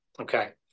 okay